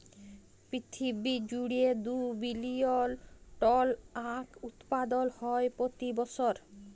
পিরথিবী জুইড়ে দু বিলিয়ল টল আঁখ উৎপাদল হ্যয় প্রতি বসর